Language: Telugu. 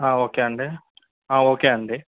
ఓకే అండి ఓకే అండి